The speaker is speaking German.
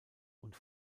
und